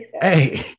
Hey